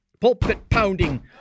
Pulpit-pounding